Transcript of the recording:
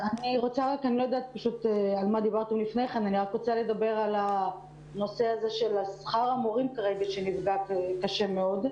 אני רק רוצה לדבר על שכר המורים כרגע שנפגע קשה מאוד.